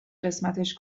قسمتش